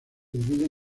dividen